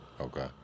Okay